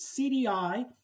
cdi